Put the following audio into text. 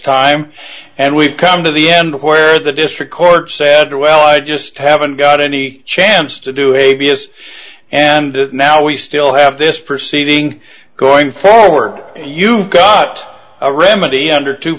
time and we've come to the end where the district court sadder well i just haven't got any chance to do abs and now we still have this proceeding going forward you've got a remedy under two